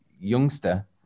youngster